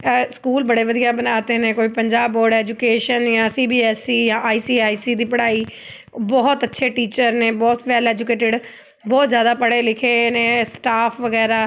ਐ ਸਕੂਲ ਬੜੇ ਵਧੀਆ ਬਣਾ ਤੇ ਨੇ ਕੋਈ ਪੰਜਾਬ ਬੋਰਡ ਐਜੂਕੇਸ਼ਨ ਜਾਂ ਸੀ ਬੀ ਐ ਈ ਜਾਂ ਆਈ ਸੀ ਆਈ ਸੀ ਦੀ ਪੜ੍ਹਾਈ ਬਹੁਤ ਅੱਛੇ ਟੀਚਰ ਨੇ ਬਹੁਤ ਵੈਲ ਐਜੂਕੇਟਡ ਬਹੁਤ ਜ਼ਿਆਦਾ ਪੜੇ ਲਿਖੇ ਨੇ ਸਟਾਫ ਵਗੈਰਾ